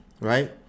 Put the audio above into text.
right